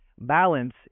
Balance